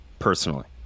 personally